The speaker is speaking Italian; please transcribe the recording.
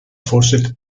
forse